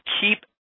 keep